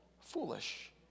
foolish